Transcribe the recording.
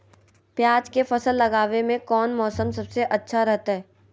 प्याज के फसल लगावे में कौन मौसम सबसे अच्छा रहतय?